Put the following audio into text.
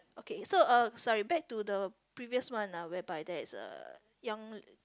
okay so uh sorry back to the previous one uh whereby there is a young